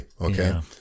Okay